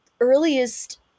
earliest